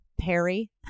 Perry